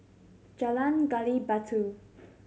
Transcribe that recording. Jalan Gali Batu